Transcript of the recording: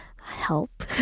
help